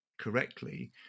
correctly